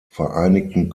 vereinigten